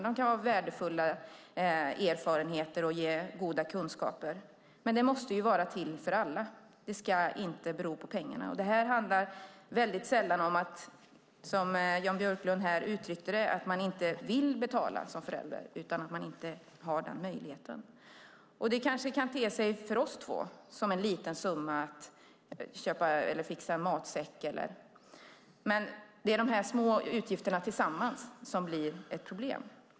De kan vara värdefulla erfarenheter och ge goda kunskaper. Men de måste vara till för alla, det ska inte bero på pengarna. Det handlar sällan om - som Jan Björklund uttryckte det - att man inte vill betala som förälder utan om att man inte har den möjligheten. Det kan te sig för oss två som en liten kostnad att fixa en matsäck, men det är de små utgifterna tillsammans som blir ett problem.